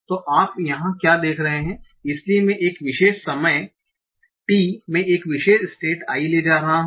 तो आप यहां क्या देख रहे हैं इसलिए मैं एक विशेष समय t में एक विशेष स्टेट i ले रहा हूं